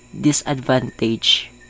disadvantage